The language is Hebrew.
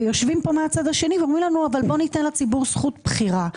ויושבים פה מהצד השני ואומרים: אבל בוא ניתן לציבור זכות בחירה.